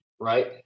Right